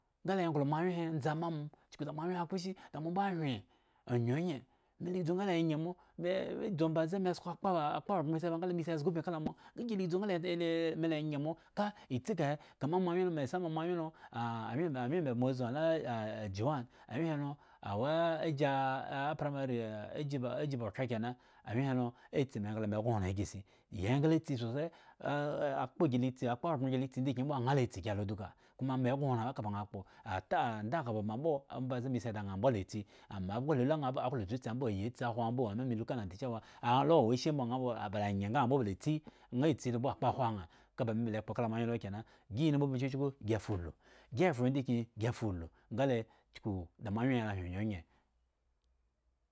Nga la nglo moawyen he, ndza ama mo chuku da mo awyen he kposhi, da mo mbo ahyen onye onye, mela idzu nga la enye mo, medzu ombaze mesko akpa akpa hogbren si eba nga le si ezga ubin kala mo. nga gila dzu nga me lale me la enye mo, ka isti ka he, kama moawyen lo mesama moawyen lo ah awyen me wyen me la moabzu ŋha la ajuwan awyen helo awo ayiaapramarii aji ba othra kena awyen helo atsi me engla me egŋoran ghre isi ayi engla tsi sose, ah akpa gila itsi akpa hogbren gi la itsi nehdgyin mbo aŋha latsi alo duka, koma megŋoran kabaŋ la kpo andakhpo baŋ mbo ombaze me si daŋha mbo latsi, amoabhgo lalu ŋha mbo aklo tsutsi ambo ayi atsi ahwo awo mbo, ama melu kala ŋha dachewa alo wo ishi ŋha mbo abala nye nga balatsi, aŋha tsi lo ba kpohwo aŋha, kaba me la ekpo kala moawyen lo kena, gi ya numubin chuchku gi fuulu, gi vhro ndigyin gifuulu nga le chuku da, moawyen he lo hyen onyeonye